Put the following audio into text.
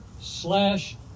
slash